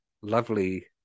lovely